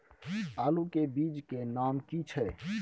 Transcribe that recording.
आलू के बीज के नाम की छै?